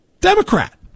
Democrat